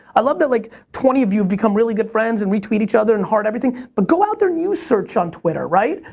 i love that, like, twenty of you become really good friends and retweet each other and heart everything, but go out there and use search on twitter, right?